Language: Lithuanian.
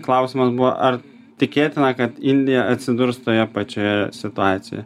klausims buvo ar tikėtina kad indija atsidurs toje pačioje situacijoje